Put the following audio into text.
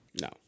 no